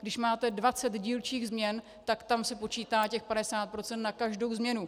Když máte 20 dílčích změn, tak tam se počítá těch 50 % na každou změnu.